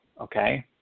okay